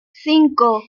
cinco